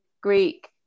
Greek